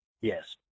Yes